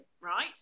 right